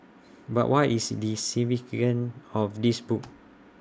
but what is the significance of this book